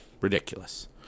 Ridiculous